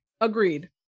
Agreed